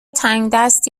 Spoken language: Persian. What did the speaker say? تنگدست